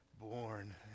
born